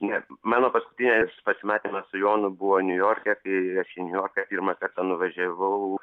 ne mano paskutinis pasimatymas su jonu buvo niujorke kai aš į niujorką pirmą kartą nuvažiavau